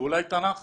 ואולי תנ"ך